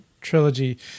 trilogy